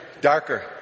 Darker